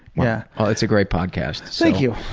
yeah. oh, it's a great podcast. thank you.